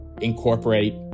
incorporate